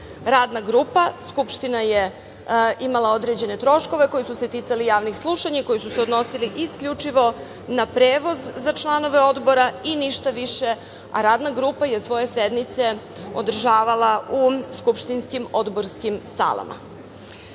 Radna grupa. Skupština je imala određene troškove koji su se ticali javnih slušanja i koji su se odnosili isključivo na prevoz na članove odbora i ništa više, a Radna grupa je svoje sednice održavala u skupštinskim odborskim salama. Radna